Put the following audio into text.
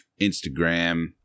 Instagram